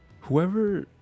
whoever